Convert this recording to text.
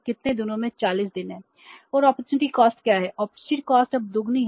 क्योंकि opportunity cost अब दोगुनी है